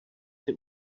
jsi